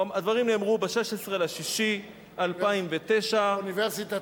הדברים נאמרו ב-16 ביוני 2009,